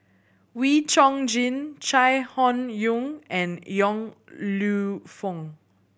Wee Chong Jin Chai Hon Yoong and Yong Lew Foong